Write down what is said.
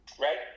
right